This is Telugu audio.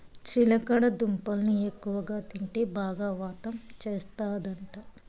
చిలకడ దుంపల్ని ఎక్కువగా తింటే బాగా వాతం చేస్తందట